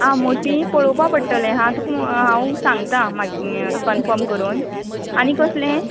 आं मोटी पळोवपा पडटली हां हांव तुका सांगता मागी कनर्फम करून आनी कसलें